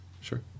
Sure